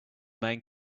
main